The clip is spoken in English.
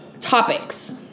topics